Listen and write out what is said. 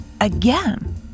Again